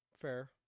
Fair